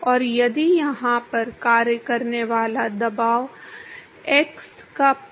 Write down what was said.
और यदि यहाँ पर कार्य करने वाला दाब x का p जमा dx है